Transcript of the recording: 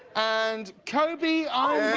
and kobe i'm